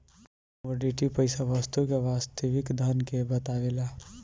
commodity पईसा वस्तु के वास्तविक धन के बतावेला